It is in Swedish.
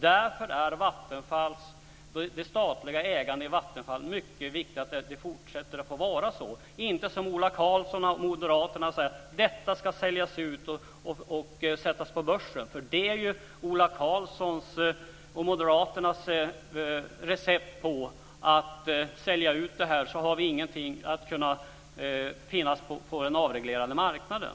Därför är det mycket viktigt att det statliga ägandet i Vattenfall består, inte att det - som Ola Karlsson och moderaterna säger - säljs ut och introduceras på börsen. Det är ju Ola Karlssons och moderaternas recept, men om Vattenfall säljs ut kommer vi inte kunna finnas med på den avreglerade marknaden.